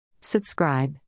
Subscribe